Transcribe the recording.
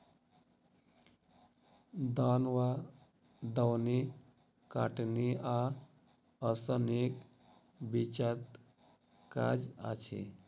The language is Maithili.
दौन वा दौनी कटनी आ ओसौनीक बीचक काज अछि